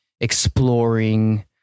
exploring